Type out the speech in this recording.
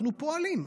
אנחנו פועלים,